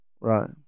right